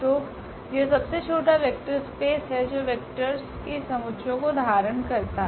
तो यह सबसे छोटा वेक्टर स्पेस हैं जो वेक्टर्स के समुच्चयों को धारण करता हैं